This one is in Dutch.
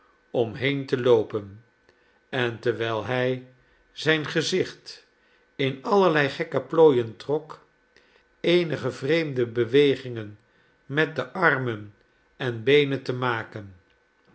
om heen te loopen en terwijl hij zijn gezicht in allerlei gekke plooien trok eenige vreemde bewegingen met armen en beenen te maken